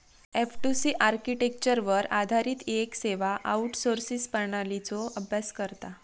F two C आर्किटेक्चरवर आधारित येक सेवा आउटसोर्सिंग प्रणालीचो अभ्यास करता